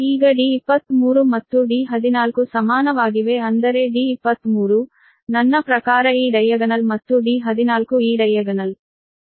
ಈಗ d23 ಮತ್ತು d14 ಸಮಾನವಾಗಿವೆ ಅಂದರೆ d23 ನನ್ನ ಪ್ರಕಾರ ಈ ಡೈಗೊನಲ್ ಮತ್ತು d14 ಈ ಡೈಗೊನಲ್